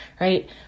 right